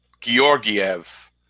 Georgiev